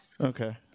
Okay